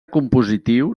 compositiu